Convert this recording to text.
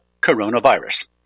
coronavirus